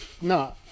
no